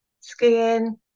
Skiing